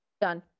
Done